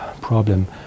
problem